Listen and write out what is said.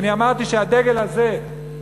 אני אמרתי שהדגל הזה,